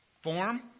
form